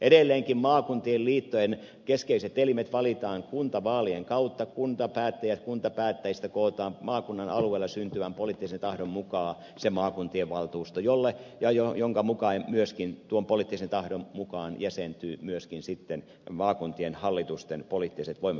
edelleenkin maakuntien liittojen keskeiset elimet valitaan kuntavaalien kautta kuntapäättäjistä kootaan maakunnan alueella syntyvän poliittisen tahdon mukaan se maakuntien valtuusto ja sen mukaan myöskin tuon poliittisen tahdon mukaan jäsentyvät sitten maakuntien hallitusten poliittiset voimat